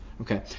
Okay